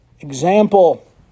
example